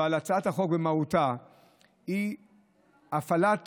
הצעת החוק במהותה היא שהפעלת